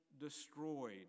destroyed